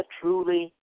truly